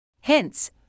Hence